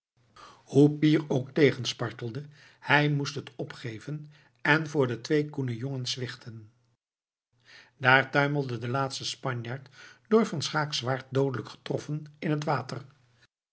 hoe pier ook tegenspartelde hij moest het opgeven en voor de twee koene jongens zwichten daar tuimelde de laatste spanjaard door van schaecks zwaard doodelijk getroffen in het water